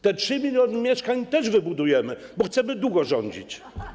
Te 3 mln mieszkań też wybudujemy, bo chcemy długo rządzić.